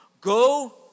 go